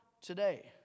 today